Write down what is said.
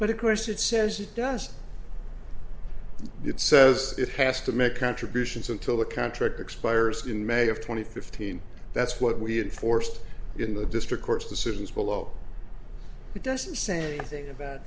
but of course it says it does it says it has to make contributions until the contract expires in may of two thousand and fifteen that's what we enforced in the district court's decisions below it doesn't say anything about